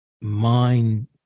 mind